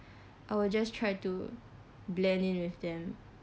I will just try to blend in with them